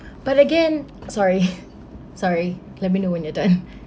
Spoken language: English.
but again sorry sorry let me know when you're done